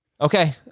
Okay